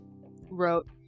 wrote